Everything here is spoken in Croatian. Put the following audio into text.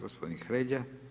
Gospodin Hrelja.